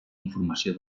informació